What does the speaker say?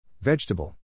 Vegetable